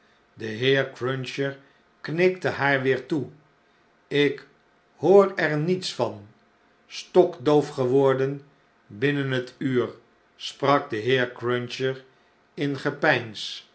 de heer cruncher knikte haar weer toe k hoor er niets van b stokdoof geworden binnen het uur sprak de heer cruncher in gepeins